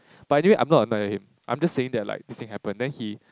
but anyway I am not annoying him I'm just saying that like this thing happen then he